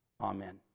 Amen